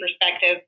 perspective